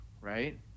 right